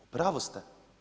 U pravu ste.